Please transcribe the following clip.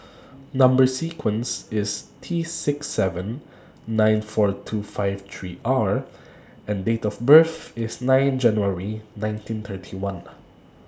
Number sequence IS T six seven nine four two five three R and Date of birth IS nine January nineteen thirty one